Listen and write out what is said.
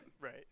Right